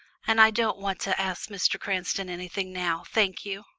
and i don't want to ask mr. cranston anything now, thank you.